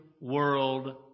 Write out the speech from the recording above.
world